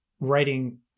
writing